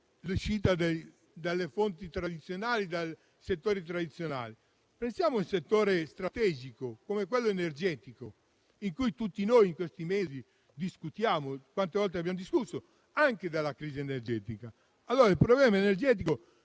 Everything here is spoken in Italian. uscita dalle fonti e dai settori tradizionali. Pensiamo a un settore strategico come quello energetico, di cui tutti noi in questi mesi discutiamo: quante volte abbiamo discusso anche della crisi energetica? Sappiamo tutti